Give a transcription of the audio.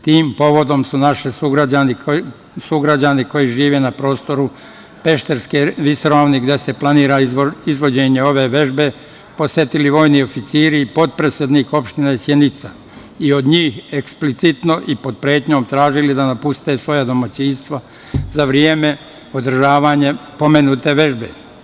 Tim povodom su naše sugrađane, kao i sugrađani koji žive na prostoru Pešterske visoravni gde se planira izvođenje ove vežbe posetili vojni oficiri, potpredsednik Opštine Sjenica i od njih eksplicitno i pod pretnjom tražili da napuste svoja domaćinstva za vreme održavanja pomenute vežbe.